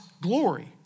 glory